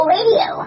Radio